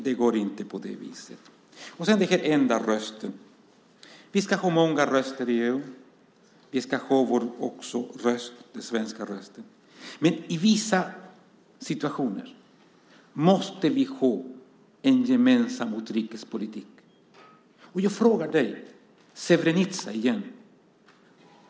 Det går inte att resonera på det viset. Sedan tog du upp "den enda rösten". Vi ska ha många röster i EU. Vi ska ha också vår röst, den svenska rösten. Men i vissa situationer måste vi ha en gemensam utrikespolitik. Jag frågar dig igen: Srebrenica.